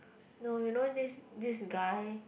no you know this this guy